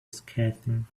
scathing